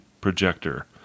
projector